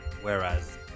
Whereas